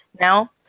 Now